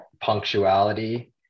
punctuality